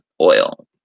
oil